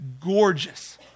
gorgeous